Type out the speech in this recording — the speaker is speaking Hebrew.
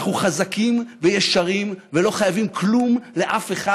אנחנו חזקים וישרים ולא חייבים כלום לאף אחד,